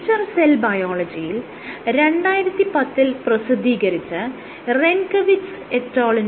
nature cell ബയോളജിയിൽ 2010 ൽ പ്രസിദ്ധീകരിച്ച റെൻകവിറ്റ്സ് et al